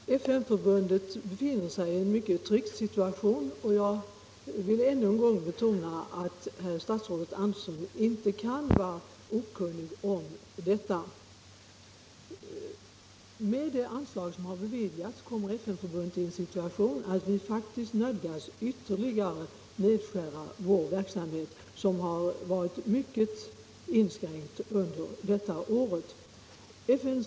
Nr 69 Herr talman! FN-förbundet befinner sig i en mycket tryckt situation, och jag vill än en gång betona att statsrådet inte kan vara okunnig om den. Nesta N NäR Med det anslag som beviljats kommer FN-förbundet i en sådan si Om åtgärder för att tuation att vi nödgas ytterligare nedskära verksamheten, som varit myck — nedbringa handet ansträngd under detta år.